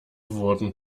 wurden